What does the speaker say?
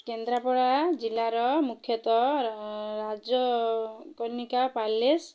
କେନ୍ଦ୍ରାପଡ଼ା ଜିଲ୍ଲାର ମୁଖ୍ୟତଃ ରାଜକନିକା ପ୍ୟାଲେସ୍